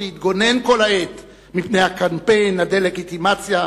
להתגונן כל העת מפני קמפיין הדה-לגיטימציה,